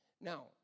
Now